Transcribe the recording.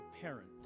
parent